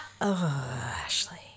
Ashley